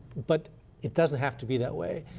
but it doesn't have to be that way.